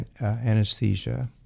anesthesia